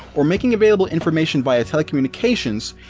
or making available information via telecommunications,